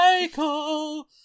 Michael